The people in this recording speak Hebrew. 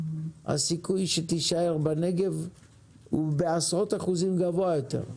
הסיכוי שתישאר בנגב הוא בעשרות אחוזים גבוה יותר.